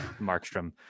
Markstrom